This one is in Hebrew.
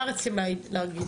מה רצית להגיב.